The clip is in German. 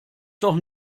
doch